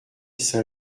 saint